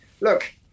look